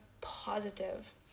positive